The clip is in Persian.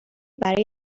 برای